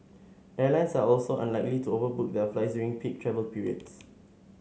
airlines are also unlikely to overbook their flights during peak travel periods